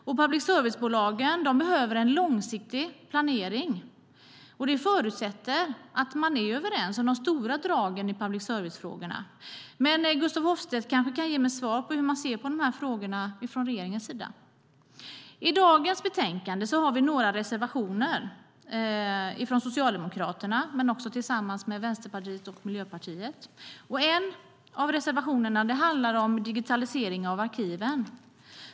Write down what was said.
Och public service-bolagen behöver en långsiktighet i sin planering. Det förutsätter att man är överens om de stora dragen i public service-frågorna. Men Gustaf Hoffstedt kanske kan ge mig svar på hur regeringen ser på de här frågorna. I detta betänkande har vi några reservationer från Socialdemokraterna, och också tillsammans med Vänsterpartiet och Miljöpartiet. En av reservationerna handlar om digitalisering av arkiven.